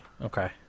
Okay